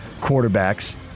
quarterbacks